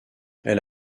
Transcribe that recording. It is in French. elle